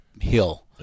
hill